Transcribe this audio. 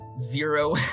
zero